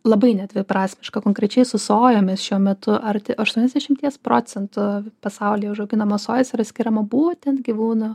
labai nedviprasmiška konkrečiai su sojomis šiuo metu arti aštuoniasdešimties procentų pasaulyje užauginamos sojos yra skiriama būtent gyvūnų